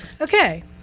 Okay